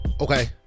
okay